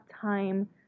time